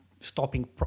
stopping